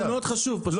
זה מאוד חשוב פשוט,